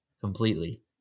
completely